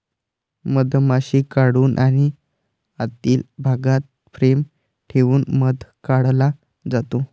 मधमाशी काढून आणि आतील भागात फ्रेम ठेवून मध काढला जातो